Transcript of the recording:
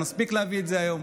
נספיק להביא את זה היום,